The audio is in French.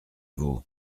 vaut